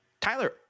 Tyler